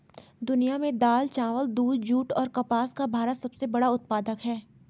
दुनिया में दाल, चावल, दूध, जूट और कपास का भारत सबसे बड़ा उत्पादक है